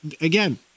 again